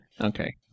Okay